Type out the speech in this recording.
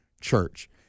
church